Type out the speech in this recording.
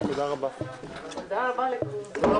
הישיבה ננעלה בשעה 12:39.